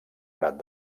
prat